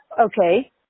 Okay